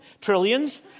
trillions